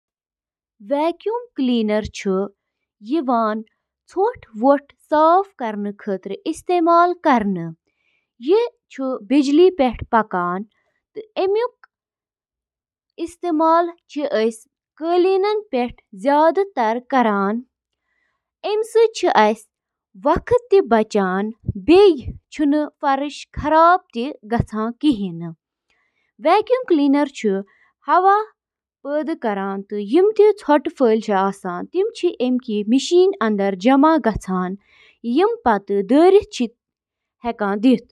اکھ digital camera, یتھ digicam تہِ ونان چھِ، چھُ اکھ کیمرا یُس ڈیجیٹل میموری منٛز فوٹو رٹان چھُ۔ ایمِچ کٲم چِھ کُنہِ چیزٕ یا موضوع پیٹھہٕ لائٹ ایکہِ یا زیادٕہ لینزٕ کہِ ذریعہِ کیمراہس منز گزران۔ لینس چھِ گاشَس کیمراہَس منٛز ذخیرٕ کرنہٕ آمٕژ فلمہِ پٮ۪ٹھ توجہ دِوان۔